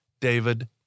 David